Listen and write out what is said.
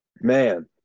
man